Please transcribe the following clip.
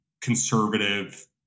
conservative